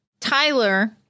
Tyler